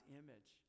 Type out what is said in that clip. image